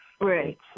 Right